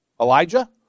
Elijah